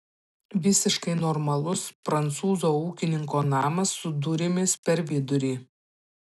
visiškai normalus prancūzo ūkininko namas su durimis per vidurį